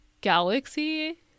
galaxy